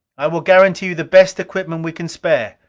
i will guarantee you the best equipment we can spare.